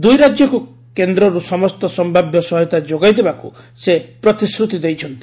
ଦୁଇ ରାଜ୍ୟକୁ କେନ୍ଦ୍ରରୁ ସମସ୍ତ ସମ୍ଭାବ୍ୟ ସହାୟତା ଯୋଗାଇ ଦେବାକୁ ସେ ପ୍ରତିଶ୍ରତି ଦେଇଛନ୍ତି